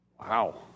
Wow